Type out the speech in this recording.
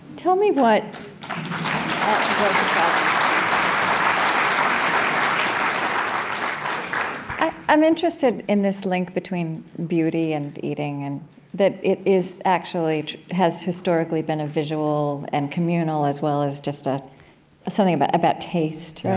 tell me what um i'm interested in this link between beauty and eating, and that it actually has historically been a visual and communal as well as just ah as something about about taste.